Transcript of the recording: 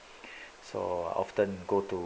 so often go to